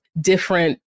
different